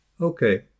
Okay